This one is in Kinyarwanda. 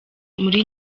muri